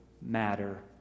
matter